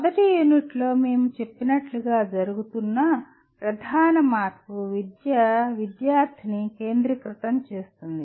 మొదటి యూనిట్లో మేము చెప్పినట్లుగా జరుగుతున్న ప్రధాన మార్పు విద్య విద్యార్థిని కేంద్రీకృతం చేస్తుంది